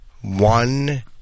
one